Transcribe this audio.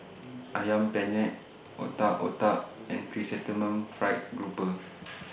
Ayam Penyet Otak Otak and Chrysanthemum Fried Grouper